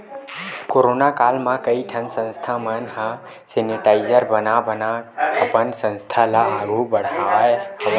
corona काल म कइ ठन संस्था मन ह सेनिटाइजर बना बनाके अपन संस्था ल आघु बड़हाय हवय